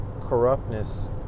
corruptness